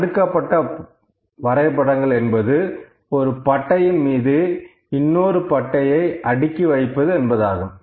அடுக்கப்பட்ட வரைபடங்கள் என்பது ஒரு பட்டையின் மீது இன்னொரு பட்டையை அடுக்கி வைப்பது என்பதாகும்